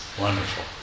Wonderful